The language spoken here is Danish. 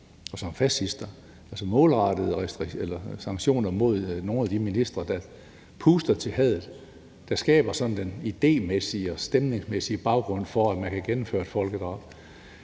Altså, man kunne have målrettede sanktioner mod nogle af de ministre, der puster til hadet og skaber sådan den idémæssige og stemningsmæssige baggrund for, at man kan gennemføre folkedrab.